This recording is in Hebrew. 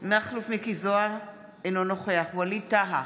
מכלוף מיקי זוהר, אינו נוכח ווליד טאהא,